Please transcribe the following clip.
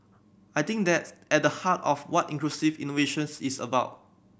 I think that's at the heart of what inclusive innovations is about